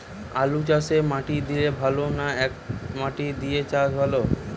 আলুচাষে মাটি দিলে ভালো না একমাটি দিয়ে চাষ ভালো?